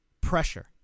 Pressure